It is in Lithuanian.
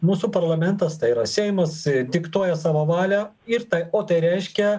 mūsų parlamentas tai yra seimas diktuoja savo valią ir tą o tai reiškia